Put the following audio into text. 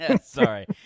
Sorry